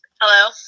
hello